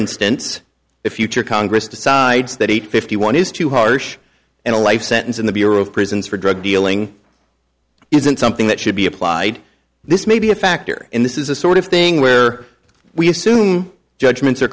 instance if you are congress decides that eight fifty one is too harsh and a life sentence in the bureau of prisons for drug dealing isn't something that should be applied this may be a factor in this is a sort of thing where we assume judgments